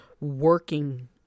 working